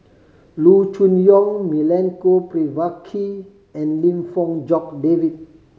Loo Choon Yong Milenko Prvacki and Lim Fong Jock David